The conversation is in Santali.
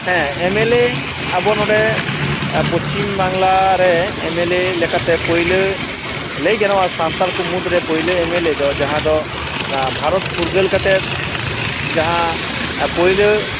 ᱦᱮᱸ ᱮᱢ ᱮᱞ ᱮ ᱟᱵᱚ ᱱᱚᱰᱮ ᱯᱚᱪᱷᱤᱢ ᱵᱟᱝᱞᱟ ᱨᱮ ᱮᱢ ᱮᱞ ᱮ ᱞᱮᱠᱟᱛᱮ ᱯᱳᱭᱞᱳ ᱞᱟᱹᱭᱜᱟᱱᱚᱜᱼᱟ ᱥᱟᱱᱛᱟᱲ ᱠᱚ ᱢᱩᱫᱽᱨᱮ ᱯᱳᱭᱞᱳ ᱮᱢ ᱮᱞ ᱮ ᱫᱚ ᱡᱟᱦᱟᱸ ᱫᱚ ᱵᱷᱟᱨᱚᱛ ᱯᱷᱩᱨᱜᱟᱹᱞ ᱠᱟᱛᱮᱫ ᱡᱟᱦᱟᱸ ᱯᱳᱭᱞᱳ